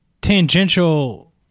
tangential